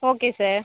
okay sir